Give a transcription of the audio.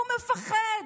והוא מפחד,